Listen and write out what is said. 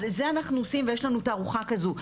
אז זה אנחנו עושים ויש לנו תערוכה כזו.